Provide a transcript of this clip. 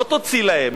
לא תוציא להם.